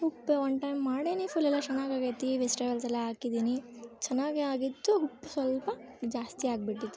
ಉಪ್ಪು ಒಂದು ಟೈಮ್ ಮಾಡೇನಿ ಫುಲ್ ಎಲ್ಲ ಚೆನ್ನಾಗಾಗೈತಿ ವೆಜ್ಟೇಬಲ್ಸ್ ಎಲ್ಲ ಹಾಕಿದ್ದೀನಿ ಚೆನ್ನಾಗೇ ಆಗಿತ್ತು ಉಪ್ಪು ಸ್ವಲ್ಪ ಜಾಸ್ತಿ ಆಗಿಬಿಟ್ಟಿತ್ತು